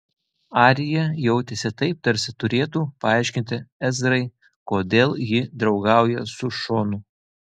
arija jautėsi taip tarsi turėtų paaiškinti ezrai kodėl ji draugauja su šonu